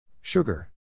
Sugar